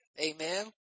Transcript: Amen